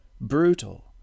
brutal